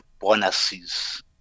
bonuses